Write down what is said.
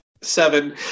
seven